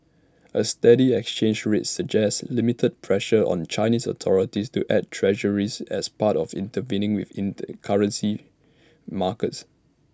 A steady exchange rate suggests limited pressure on Chinese authorities to add Treasuries as part of intervening with inter currency markets